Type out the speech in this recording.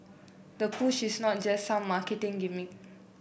the push is not just some marketing gimmick